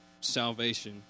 salvation